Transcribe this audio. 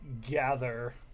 gather